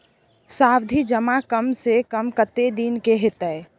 सावधि जमा कम से कम कत्ते दिन के हते?